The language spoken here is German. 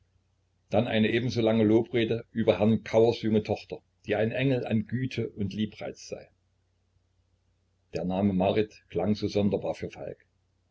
dann eine ebenso lange lobrede über herrn kauers junge tochter die ein engel an güte und liebreiz sei der name marit klang so sonderbar für falk